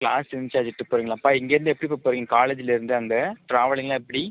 class incharge கிட்ட போகிறிங்களாப்பா இங்கே இருந்து எப்படிப்பா போறிங்க காலேஜ்லிருந்து அங்கே ட்ராவலிங்லாம் எப்படி